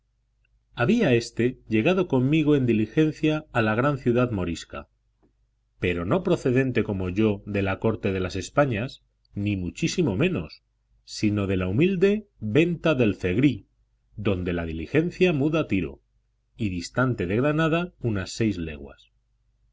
había éste llegado conmigo en diligencia a la gran ciudad morisca pero no procedente como yo de la corte de las españas ni muchísimo menos sino de la humilde venta del zegrí donde la diligencia muda tiro y distante de granada unas seis leguas